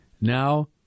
now